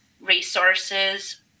resources